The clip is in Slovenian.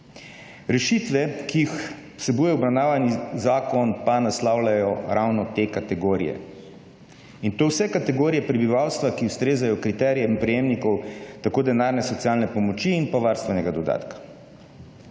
Rešitve, ki jih vsebuje obravnavani zakon pa naslavljajo ravno te kategorije in to vse kategorije prebivalstva, ki ustrezajo kriterijem prejemnikov tako denarne socialne pomoči in pa varstvenega dodatka.